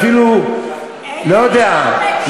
אפילו אני לא יודע,